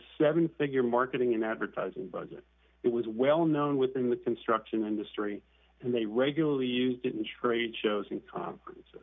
seven figure marketing and advertising budget it was well known within the construction industry and they regularly used in trade shows